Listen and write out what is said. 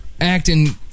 acting